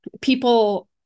people